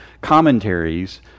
commentaries